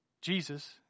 Jesus